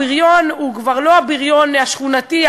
הבריון הוא כבר לא הבריון השכונתי,